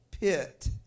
pit